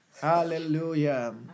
Hallelujah